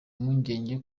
impungenge